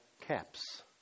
caps